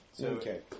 Okay